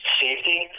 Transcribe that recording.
safety